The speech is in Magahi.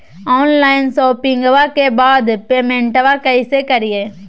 ऑनलाइन शोपिंग्बा के बाद पेमेंटबा कैसे करीय?